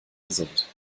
gesund